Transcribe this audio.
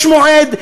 יש מועד?